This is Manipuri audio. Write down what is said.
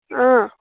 ꯑꯥ